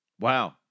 wow